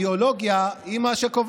השר גינזבורג, בשם שר